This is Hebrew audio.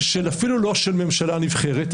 ואפילו לא של ממשלה נבחרת,